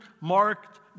marked